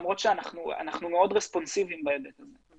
למרות שאנחנו מאוד רספונסיביים בהיבט הזה.